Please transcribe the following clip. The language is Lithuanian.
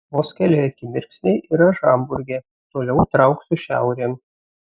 vos keli akimirksniai ir aš hamburge toliau trauksiu šiaurėn